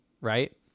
right